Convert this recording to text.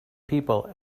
people